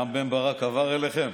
רם בן ברק עבר אליכם?